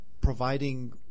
providing